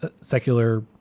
secular